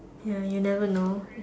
ya you never know